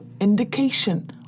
indication